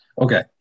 Okay